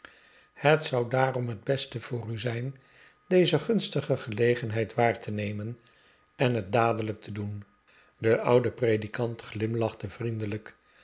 het zou dctarom het beste voor u zijn deze gunstige gelegenheid waar te nemen en het dadelijk te doen de oude predikant glimlachte vriendelijk